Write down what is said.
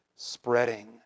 spreading